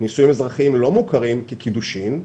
נישואים אזרחיים לא מוכרים כקידושין,